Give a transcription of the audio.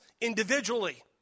individually